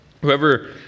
Whoever